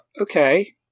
okay